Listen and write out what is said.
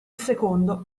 secondo